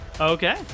Okay